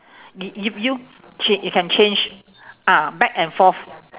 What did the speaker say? yo~ you you chang~ you can change ah back and forth